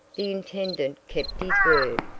the intendant kept his word,